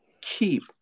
Keep